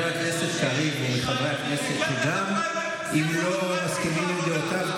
הכנסת קריב הוא מחברי הכנסת שגם אם לא מסכימים עם דעותיו,